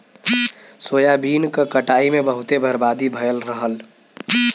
soybean क कटाई में बहुते बर्बादी भयल रहल